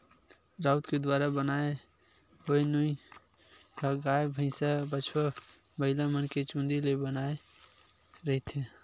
राउत के दुवारा बनाय होए नोई ह गाय, भइसा, बछवा, बइलामन के चूंदी ले बनाए रहिथे